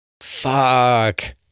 Fuck